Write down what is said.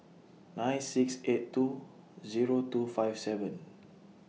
nine six eight two Zero two five seven